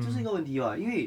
就是一个问题 [what] 因为